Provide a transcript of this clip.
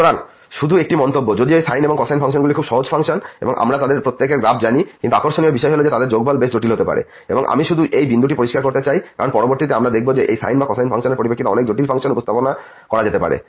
সুতরাং শুধু একটি মন্তব্য যদিও এই সাইন এবং কোসাইন ফাংশনগুলি খুব সহজ ফাংশন এবং আমরা তাদের প্রত্যেকের গ্রাফ জানি কিন্তু আকর্ষণীয় বিষয় হল যে তাদের যোগফল বেশ জটিল হতে পারে এবং আমি শুধু এই বিন্দুটি পরিষ্কার করতে চাই কারণ পরবর্তীতে আমরা দেখব যে এই সাইন এবং কোসাইন ফাংশনের পরিপ্রেক্ষিতে অনেক জটিল ফাংশন উপস্থাপন করা যেতে পারে